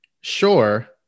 Sure